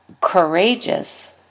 courageous